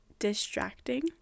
distracting